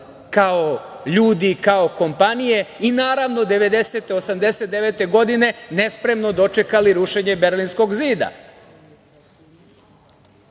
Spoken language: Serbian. kao ljudi, kao kompanije i, naravno, 1990, 1989. godine nespremno dočekali rušenje Berlinskog zida,